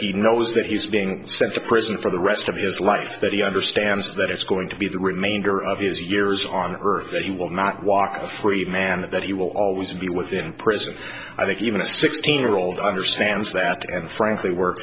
he knows that he's being sent to prison for the rest of his life that he understands that it's going to be the remainder of his years on earth that he will not walk the free man that he will always be with in prison i think even a sixteen year old understands that and frankly were